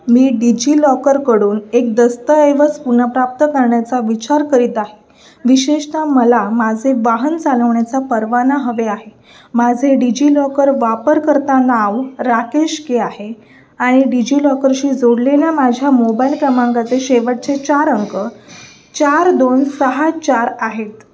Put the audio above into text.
मी डिजि लॉकरकडून एक दस्तऐवज पुनर्प्राप्त करण्याचा विचार करीत आहे विशेषतः मला माझे वाहन चालवण्याचा परवाना हवे आहे माझे डिजि लॉकर वापरकर्ता नाव राकेश के आहे आणि डिजि लॉकर जोडलेल्या माझ्या मोबाईल क्रमांकाचे शेवटचे चार अंक चार दोन सहा चार आहेत